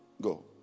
Go